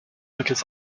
mittels